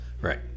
Right